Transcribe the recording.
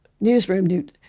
newsroom